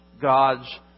God's